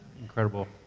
incredible